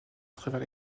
travers